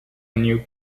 new